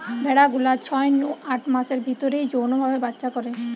ভেড়া গুলা ছয় নু আট মাসের ভিতরেই যৌন ভাবে বাচ্চা করে